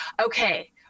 okay